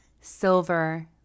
silver